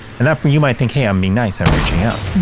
and that, but you might think, hey, i'm being nice, i'm reaching out.